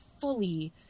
fully